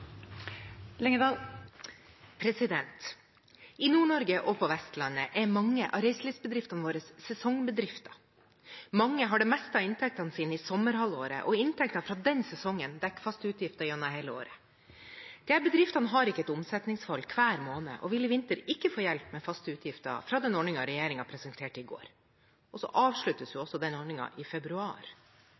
Åsunn Lyngedal. I Nord-Norge og på Vestlandet er mange av reiselivsbedriftene våre sesongbedrifter. Mange har det meste av inntektene sine i sommerhalvåret, og inntektene fra den sesongen dekker faste utgifter gjennom hele året. Disse bedriftene har ikke et omsetningsfall hver måned og vil i vinter ikke få hjelp med faste utgifter fra den ordningen regjeringen presenterte i går. Den ordningen avsluttes også i februar.